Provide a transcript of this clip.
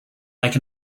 like